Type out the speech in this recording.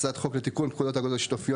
הצעת חוק לתיקון פקודת האגודות השיתופיות